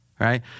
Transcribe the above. right